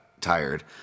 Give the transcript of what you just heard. tired